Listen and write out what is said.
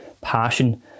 passion